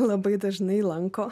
labai dažnai lanko